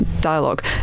dialogue